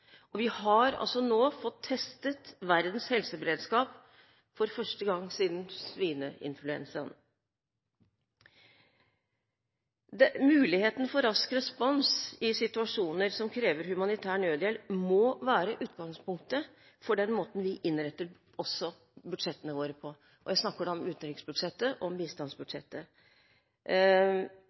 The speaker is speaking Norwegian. Vi har nå fått testet verdens helseberedskap for første gang siden svineinfluensaen. Muligheten for rask respons i situasjoner som krever humanitær nødhjelp, må være utgangspunktet for måten vi innretter budsjettene våre på. Jeg snakker da om utenriksbudsjettet og om bistandsbudsjettet.